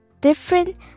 different